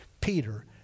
Peter